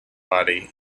body